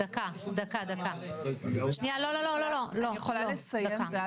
אני יכולה לסיים?